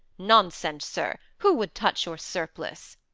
nonsense, sir! who would touch your surplice?